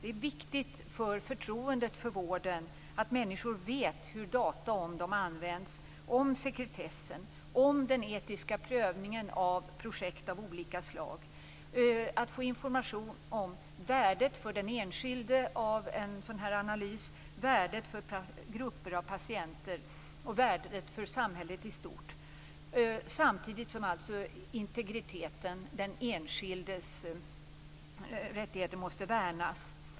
Det är betydelsefullt för förtroendet för vården att människor vet hur data om dem används, att de är medvetna om sekretessen och om den etiska prövningen av projekt av olika slag och att den enskilde får information om den egna nyttan av en sådan här analys, dess värde för grupper av patienter och dess värde för samhället i stort, samtidigt som den enskildes rättigheter måste värnas.